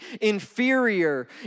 inferior